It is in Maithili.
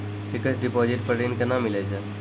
फिक्स्ड डिपोजिट पर ऋण केना मिलै छै?